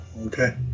Okay